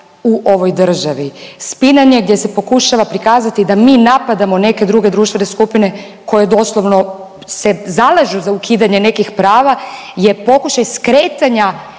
u ovoj državi. Spinanje gdje se pokušava prikazati da mi napadamo neke druge društvene skupine koje doslovno se zalažu za ukidanje nekih prava je pokušaj skretanja